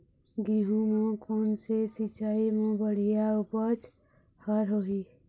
गेहूं म कोन से सिचाई म बड़िया उपज हर होही?